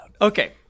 Okay